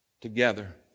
together